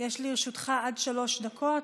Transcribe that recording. יש לרשותך עד שלוש דקות.